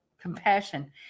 compassion